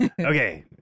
Okay